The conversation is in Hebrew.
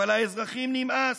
אבל לאזרחים נמאס,